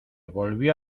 volvió